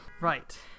right